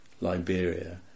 Liberia